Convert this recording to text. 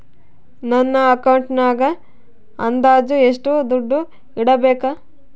ನನ್ನ ಅಕೌಂಟಿನಾಗ ಅಂದಾಜು ಎಷ್ಟು ದುಡ್ಡು ಇಡಬೇಕಾ?